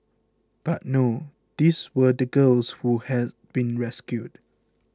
but no these were the girls who had been rescued